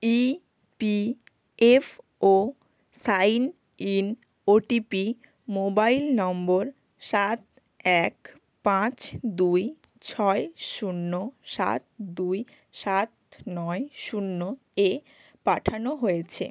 EPFO sign in OTP mobile নম্বর সাত এক পাঁচ দুই ছয় শূন্য সাত দুই সাত নয় শূন্য এ পাঠানো হয়েছে